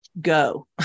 go